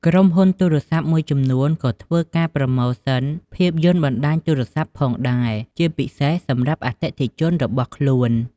ក្រុមហ៊ុនទូរស័ព្ទមួយចំនួនក៏ធ្វើការប្រូម៉ូសិន ភាពយន្តបណ្តាញទូរស័ព្ទផងដែរ ជាពិសេសសម្រាប់អតិថិជនរបស់ខ្លួន។